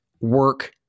work